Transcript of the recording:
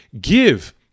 Give